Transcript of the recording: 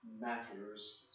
matters